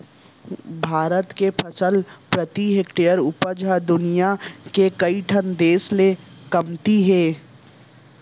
भारत के फसल प्रति हेक्टेयर उपज ह दुनियां के कइ ठन देस ले कमती हे